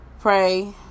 pray